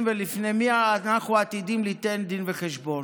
ולפני מי אנחנו עתידים ליתן דין וחשבון,